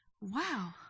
wow